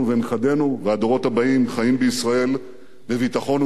והדורות הבאים חיים בישראל בביטחון ובשלום.